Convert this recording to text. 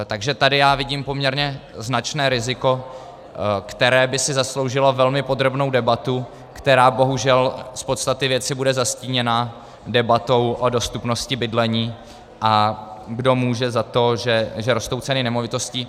Takže tady já vidím poměrně značné riziko, které by si zasloužilo velmi podrobnou debatu, která bohužel z podstaty věci bude zastíněna debatou o dostupnosti bydlení, a kdo může za to, že rostou ceny nemovitostí.